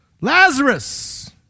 Lazarus